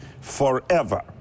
forever